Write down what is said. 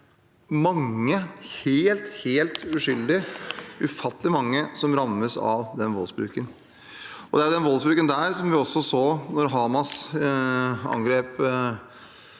mange helt uskyldige – ufattelig mange – som rammes av voldsbruken. Det er den voldsbruken, som vi også så da Hamas angrep